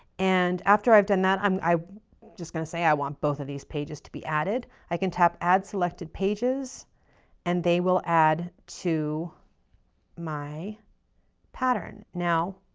and after i've done that, i'm i'm just gonna say i want both of these pages to be added. i can tap add selected pages and they will add to my pattern. now,